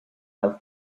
have